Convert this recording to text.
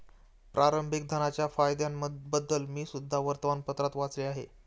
प्रारंभिक धनाच्या फायद्यांबद्दल मी सुद्धा वर्तमानपत्रात वाचले आहे